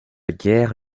guère